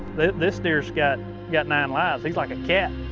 this deer's got got nine lives. he's like a cat.